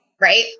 right